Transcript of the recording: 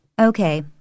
Okay